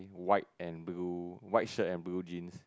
white and blue white shirt and blue jeans